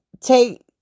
take